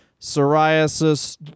psoriasis